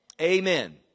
Amen